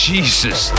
Jesus